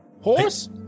horse